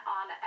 on